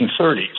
1930s